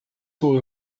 voor